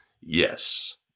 Yes